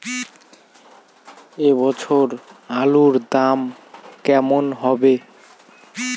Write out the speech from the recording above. এ বছর আলুর দাম কেমন হবে?